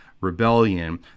rebellion